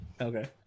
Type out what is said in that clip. Okay